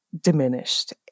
diminished